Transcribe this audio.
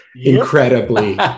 incredibly